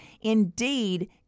indeed